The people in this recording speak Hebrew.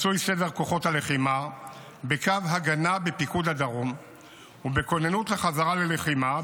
מצוי סדר כוחות הלחימה בקו הגנה בפיקוד הדרום ובכוננות לחזרה ללחימה,